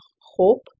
hope